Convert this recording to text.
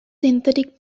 synthetic